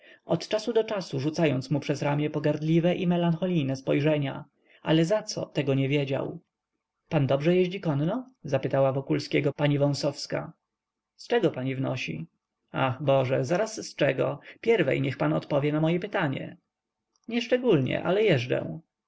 od czasu do czasu rzucając mu przez ramię pogardliwe i melancholijne spojrzenia ale zaco tego nie wiedział pan dobrze jeździ konno zapytała wokulskiego pani wąsowska z czego pani wnosi ach boże zaraz z czego pierwiej niech pan odpowie na moje pytanie nieszczególnie ale jeżdżę